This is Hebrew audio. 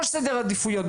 נמצאים בראש סדר העדיפויות.